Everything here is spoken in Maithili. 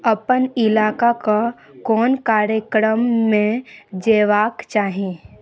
अपन ईलाका कऽ कोन कार्यक्रममे जेबाक चाही